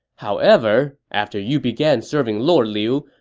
however, after you began serving lord liu,